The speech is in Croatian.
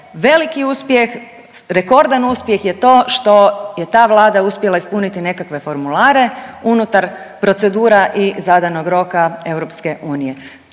veliki uspjeh, rekordan uspjeh je to što je ta Vlada uspjela ispuniti nekakve formulare unutar procedura i zadanog roka EU.